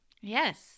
Yes